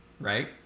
right